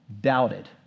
doubted